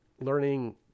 learning